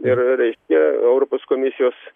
ir reiškia europos komisijos